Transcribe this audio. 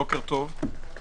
בוקר טוב.